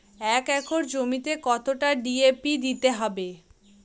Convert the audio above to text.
এক একর জমিতে কতটা ডি.এ.পি দিতে হবে?